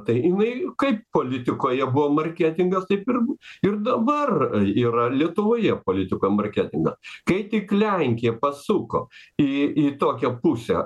tai jinai kaip politikoje buvo marketingas taip ir ir dabar yra lietuvoje politiko marketingą kai tik lenkija pasuko į į tokią pusę